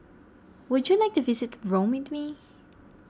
would you like to visit Rome with me